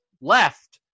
left